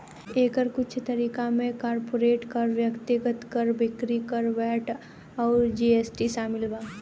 एकर कुछ तरीका में कॉर्पोरेट कर, व्यक्तिगत कर, बिक्री कर, वैट अउर जी.एस.टी शामिल बा